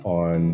on